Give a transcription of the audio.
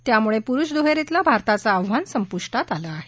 यामुळे पुरुष दुहेरीतलं भारताचं आव्हान संपुष्टात आलं आहे